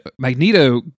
magneto